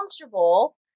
comfortable